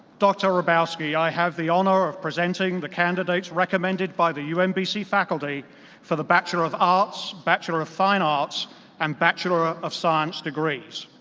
dr. hrabowski, i have the honor of presenting the candidates recommended by the umbc faculty for the bachelor of arts, bachelor of fine arts and bachelor ah of science degrees.